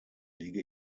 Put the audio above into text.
liege